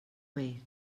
way